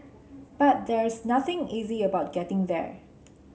but there's nothing easy about getting there